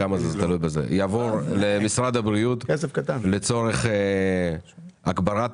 זה יעבור למשרד הבריאות לצורך הגברת